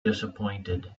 disappointed